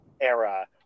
era